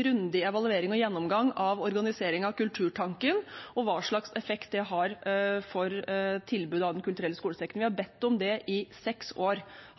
grundig evaluering og gjennomgang av organiseringen av Kulturtanken og hva slags effekt det har for tilbud gjennom Den kulturelle skolesekken. Vi har bedt om det i seks år,